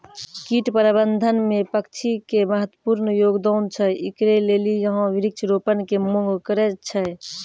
कीट प्रबंधन मे पक्षी के महत्वपूर्ण योगदान छैय, इकरे लेली यहाँ वृक्ष रोपण के मांग करेय छैय?